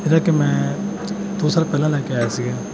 ਜਿਹੜਾ ਕਿ ਮੈਂ ਦੋ ਸਾਲ ਪਹਿਲਾਂ ਲੈ ਕੇ ਆਇਆ ਸੀਗਾ